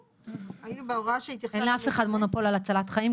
אין לאף אחד מונופול על הצלת חיים,